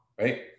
right